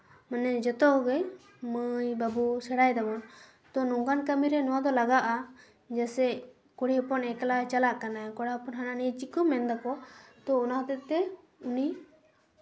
ᱢᱟᱱᱮ ᱡᱚᱛᱚᱜᱮ ᱢᱟᱹᱭ ᱵᱟᱹᱵᱩ ᱥᱮᱬᱟᱭ ᱫᱟᱵᱚᱱ ᱛᱚ ᱱᱚᱝᱠᱟᱱ ᱠᱟᱹᱢᱤᱨᱮ ᱱᱚᱣᱟ ᱫᱚ ᱞᱟᱜᱟᱜᱼᱟ ᱡᱮᱭᱥᱮ ᱠᱩᱲᱤ ᱦᱚᱯᱚᱱ ᱮᱠᱞᱟ ᱪᱟᱞᱟᱜ ᱠᱟᱱᱟᱭ ᱠᱚᱲᱟ ᱦᱚᱯᱚᱱ ᱦᱟᱱᱟ ᱱᱤᱭᱟᱹ ᱪᱤᱠᱟᱹ ᱢᱮᱱᱫᱟᱠᱚ ᱛᱚ ᱚᱱᱟ ᱦᱚᱛᱮ ᱛᱮ ᱩᱱᱤ